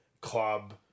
club